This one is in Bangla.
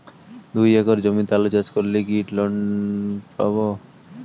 দুই একর জমিতে আলু চাষ করলে কি টাকা লোন পাবো?